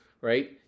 right